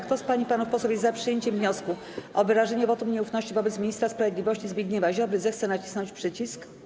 Kto z pań i panów posłów jest za przyjęciem wniosku o wyrażenie wotum nieufności wobec ministra sprawiedliwości Zbigniewa Ziobry, zechce nacisnąć przycisk.